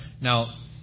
Now